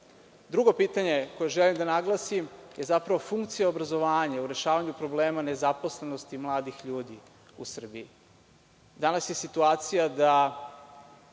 pitanje, koje želim da naglasim, je zapravo funkcija obrazovanja o rešavanju problema nezaposlenosti mladih ljudi u Srbiji. Danas je situacija da